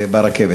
ברכבת?